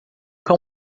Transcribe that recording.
cão